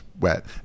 wet